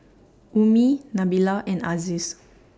Ummi Nabila and Aziz